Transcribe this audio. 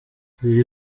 ziri